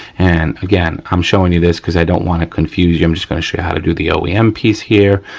and again, i'm showing you this because i don't wanna confuse you, i'm just gonna show you how to do the oem piece here.